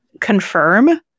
confirm